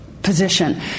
position